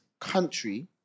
country